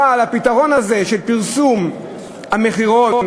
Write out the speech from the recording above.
אבל הפתרון הזה, של פרסום המחירון,